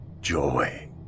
Joy